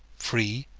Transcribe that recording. free,